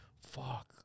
fuck